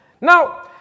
Now